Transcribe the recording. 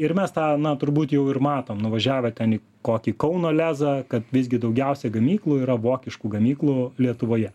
ir mes tą na turbūt jau ir matom nuvažiavę ten į kokį kauno lezą kad visgi daugiausiai gamyklų yra vokiškų gamyklų lietuvoje